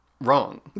wrong